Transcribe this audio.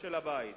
של הבית,